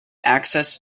access